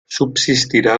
subsistirà